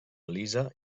elisa